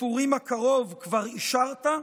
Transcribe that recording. בפורים הקרוב כבר אישרת?